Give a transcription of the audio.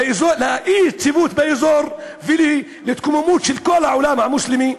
לאי-יציבות באזור ולהתקוממות של כל העולם המוסלמי.